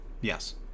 Yes